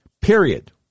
period